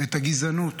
את הגזענות